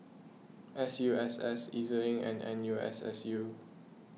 S U S S E Z Link and N U S S U